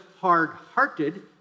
hard-hearted